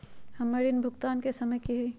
हमर ऋण भुगतान के समय कि होई?